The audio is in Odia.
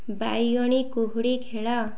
ବାଇଗଣୀ କୁହୁଡ଼ି ଖେଳ